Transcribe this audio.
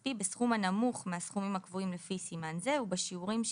כספי בסכום הנמוך מהסכומים הקבועים לפי סימן זה ובשיעורים שיקבע.